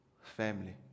family